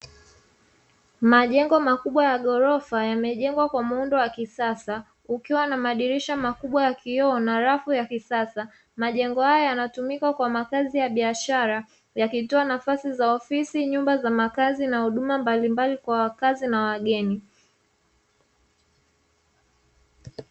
Majengo makubwa ya ghorofa yamejengwa kwa muundo wa kisasa, kukiwa na madirisha makubwa ya kioo na rafu ya kisasa. Majengo haya yanatumika kwa makazi ya biashara, yakitoa nafasi za ofisi, nyumba za makazi na huduma mbalimbali kwa wakazi na wageni.